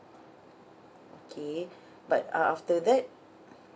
okay but uh after that